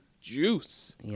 juice